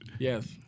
Yes